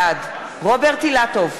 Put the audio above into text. בעד רוברט אילטוב,